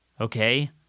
okay